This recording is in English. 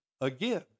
Again